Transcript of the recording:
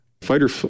Fighter